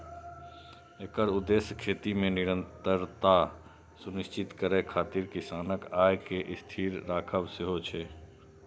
एकर उद्देश्य खेती मे निरंतरता सुनिश्चित करै खातिर किसानक आय कें स्थिर राखब सेहो छै